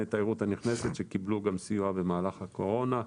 התיירות הנכנסת שקיבלו גם סיוע במהלך הקורונה.